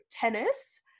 tennis